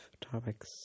Topics